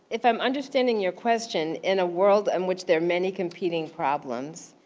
if i'm understanding your question in a world in which there are many competing problems,